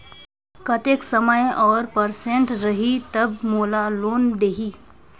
कतेक समय और परसेंट रही तब मोला लोन देही?